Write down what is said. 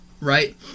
right